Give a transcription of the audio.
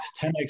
10x